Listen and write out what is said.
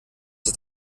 ist